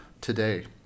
today